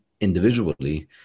individually